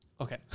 Okay